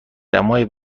دمای